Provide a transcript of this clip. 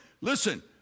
listen